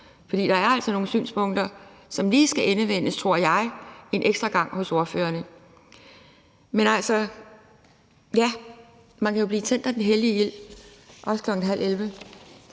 for der er altså nogle synspunkter, som lige skal endevendes, tror jeg, en ekstra gang hos ordførerne. Men altså, man kan jo blive tændt af den hellige ild, også kl. 22.30.